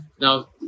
Now